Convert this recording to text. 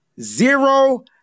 Zero